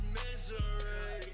misery